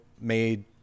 made